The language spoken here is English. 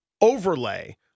overlay